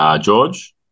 George